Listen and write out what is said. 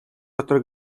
дотор